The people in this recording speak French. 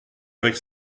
avec